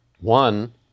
one